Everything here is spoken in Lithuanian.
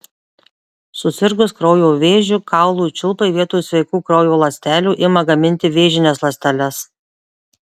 susirgus kraujo vėžiu kaulų čiulpai vietoj sveikų kraujo ląstelių ima gaminti vėžines ląsteles